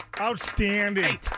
Outstanding